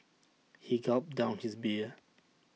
he gulped down his beer